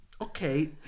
okay